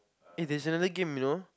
eh there's another game you know